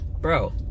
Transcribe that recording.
Bro